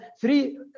three